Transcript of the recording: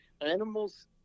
animals